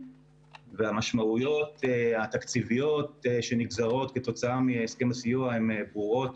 והמשמעויות התקציביות שנגזרות כתוצאה מהסכם הסיוע הן ברורות